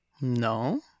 No